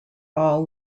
all